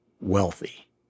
wealthy